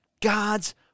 God's